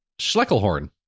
Schleckelhorn